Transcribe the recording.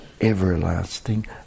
everlasting